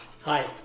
Hi